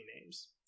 names